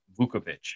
Vukovic